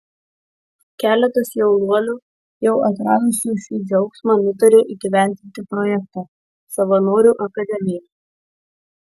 keletas jaunuolių jau atradusių šį džiaugsmą nutarė įgyvendinti projektą savanorių akademija